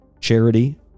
charity